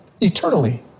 eternally